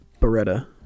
Beretta